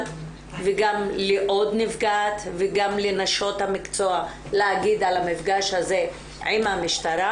וגם לעוד נפגעת וגם לנשות המקצוע להגיד על המפגש הזה עם המשטרה,